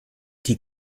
die